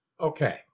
Okay